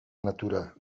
natura